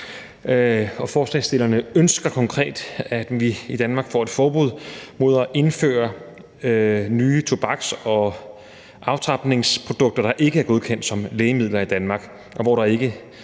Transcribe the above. Forslagsstillerne ønsker konkret, at vi i Danmark får »et forbud mod at indføre nye tobaks- og aftrapningsprodukter, der ikke er godkendt som lægemidler i Danmark, og hvor det ikke